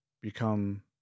become